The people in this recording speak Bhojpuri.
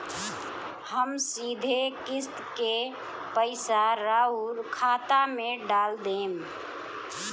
हम सीधे किस्त के पइसा राउर खाता में डाल देम?